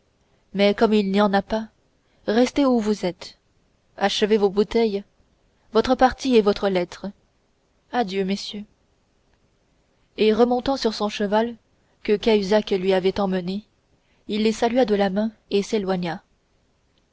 mais comme il n'y en a pas restez où vous êtes achevez vos bouteilles votre partie et votre lettre adieu messieurs et remontant sur son cheval que cahusac lui avait amené il les salua de la main et s'éloigna